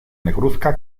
negruzca